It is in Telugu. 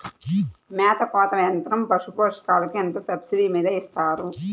మేత కోత యంత్రం పశుపోషకాలకు ఎంత సబ్సిడీ మీద ఇస్తారు?